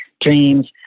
dreams